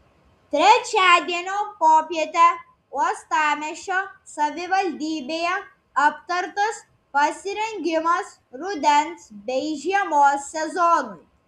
trečiadienio popietę uostamiesčio savivaldybėje aptartas pasirengimas rudens bei žiemos sezonui